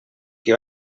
que